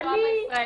שיש לו אבא ישראלי?